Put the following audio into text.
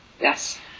Yes